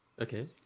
Okay